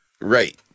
Right